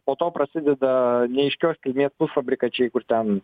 po to prasideda neaiškios kilmės pusfabrikačiai kur ten